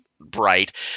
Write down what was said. bright